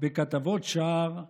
שער אומנים,